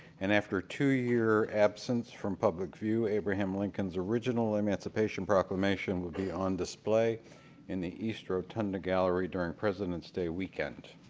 and after a two-year absence from public view, abraham lincoln's original emancipation proclamation will be on display in the east rotunda gallery during president's day weekend.